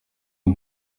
iyi